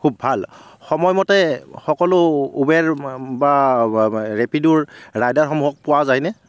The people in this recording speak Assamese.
খুব ভাল সময়মতে সকলো উবেৰ বা বা ৰেপিড'ৰ ৰাইডাৰসমূহক পোৱা যায়নে